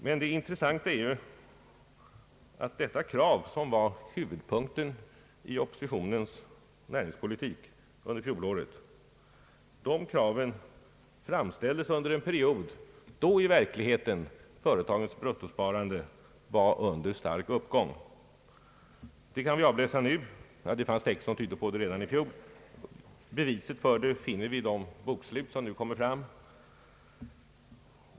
Men det intressanta är att dessa krav, som var huvudpunkten i oppositionens näringspolitik under fjolåret, framställdes under en period då företagens bruttosparande i verkligheten redan var starkt uppåtgående. Detta kan vi avläsa nu, det fanns tecken som tydde på det redan i fjol. Beviset för uppgången finner vi i de bokslut som nu kommer fram.